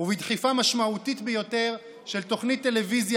בדחיפה משמעותית ביותר של תוכנית טלוויזיה